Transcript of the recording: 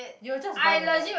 you will just buy the black